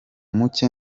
muke